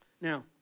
Now